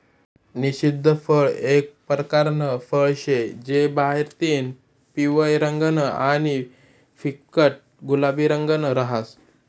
निषिद्ध फळ एक परकारनं फळ शे जे बाहेरतीन पिवयं रंगनं आणि फिक्कट गुलाबी रंगनं रहास